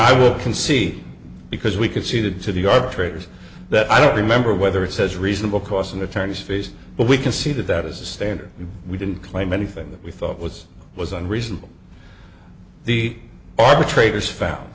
i will concede because we conceded to the arbitrators that i don't remember whether it says reasonable cost and attorneys fees but we can see that that is the standard and we didn't claim anything that we thought was was unreasonable the arbitrators found